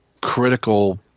critical